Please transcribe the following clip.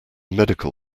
medical